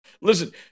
Listen